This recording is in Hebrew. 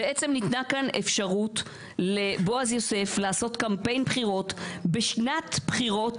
בעצם ניתנה כאן אפשרות לבועז יוסף לעשות קמפיין בחירות בשנת בחירות